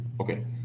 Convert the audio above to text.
okay